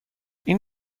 این